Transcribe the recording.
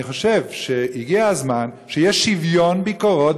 אני חושב שהגיע הזמן שיהיה שוויון ביקורות